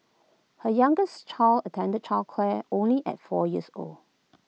her youngest child attended childcare only at four years old